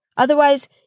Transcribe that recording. Otherwise